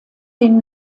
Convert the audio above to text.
den